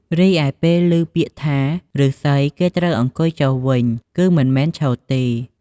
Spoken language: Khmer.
រីឯពេលឮ ពាក្យថា "ឬស្សី" គេត្រូវអង្គុយចុះវិញ គឺមិនមែនឈរទេ។